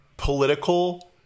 political